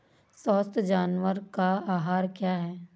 स्वस्थ जानवर का आहार क्या है?